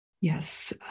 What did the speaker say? Yes